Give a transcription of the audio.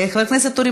משתדל.